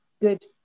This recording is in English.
good